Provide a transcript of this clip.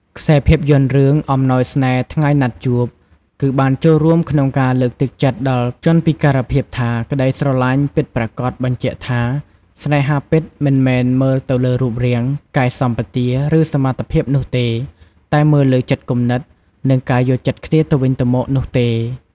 ខ្សែរភាពយន្តរឿង អំណោយស្នេហ៍ថ្ងៃណាត់ជួប គឺបានចូលរួមក្នុងការលើកទឹកចិត្តដល់ជនពិការភាពថា ក្តីស្រឡាញ់ពិតប្រាកដបញ្ជាក់ថា ស្នេហាពិតមិនមែនមើលទៅលើរូបរាង កាយសម្បទា ឬសមត្ថភាពនោះទេ តែមើលលើចិត្តគំនិត និងការយល់ចិត្តគ្នាទៅវិញទៅមកនោះទេ ។